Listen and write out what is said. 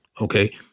Okay